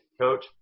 coach